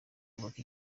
kubaka